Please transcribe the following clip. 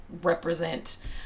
represent